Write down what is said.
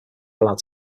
allowed